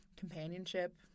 companionship